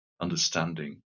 understanding